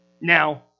Now